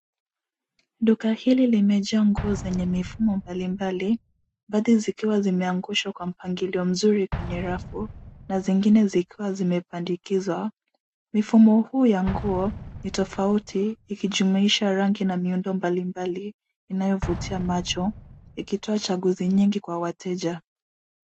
Duka hili limejaa nguo zenye mifumo mbalimbali baadhi zikiwa zimeangushwa kwa mpangilio mzuri kwenye rafu na zingine zikiwa zimepandikizwa. Mifumo huu ya nguo ni tofauti ikijumuisha rangi na miundo mbalimbali inayovutia macho ikitoa chaguzi nyingi kwa wateja.